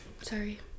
Sorry